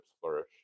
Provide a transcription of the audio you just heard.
flourish